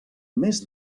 més